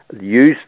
use